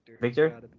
Victor